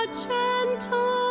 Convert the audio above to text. gentle